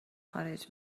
خارج